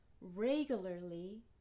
regularly